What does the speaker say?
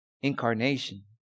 Incarnation